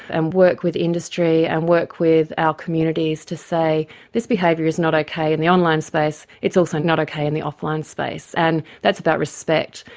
and work with industry and work with our communities to say this behaviour is not okay in the online space, it's also not okay in the off-line space. and that's about respect,